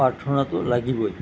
প্ৰাৰ্থনাটো লাগিবই